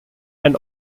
and